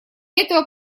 этого